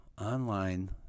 online